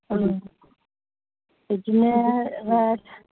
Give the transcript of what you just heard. बिदिनो बा